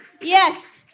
yes